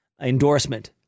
endorsement